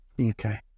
okay